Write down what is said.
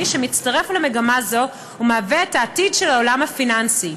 שמצטרף למגמה זו ומהווה את העתיד של העולם הפיננסי.